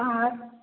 आँइ